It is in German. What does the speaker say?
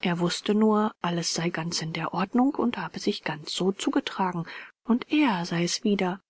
er wußte nur alles sei ganz in der ordnung und habe sich ganz so zugetragen und er sei es wieder